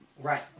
Right